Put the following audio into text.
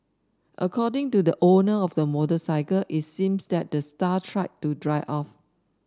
according to the owner of the motorcycle it seemed that the star tried to drive off